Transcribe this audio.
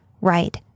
right